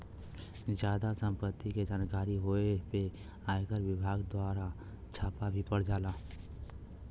जादा सम्पत्ति के जानकारी होए पे आयकर विभाग दवारा छापा भी पड़ जाला